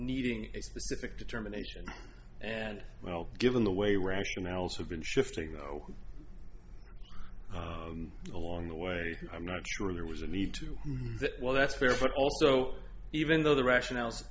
needing a specific determination and well given the way rationales have been shifting though along the way i'm not sure there was a need to do that well that's fair but also even though the rationales